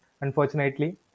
unfortunately